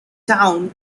town